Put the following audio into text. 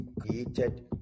created